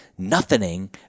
nothinging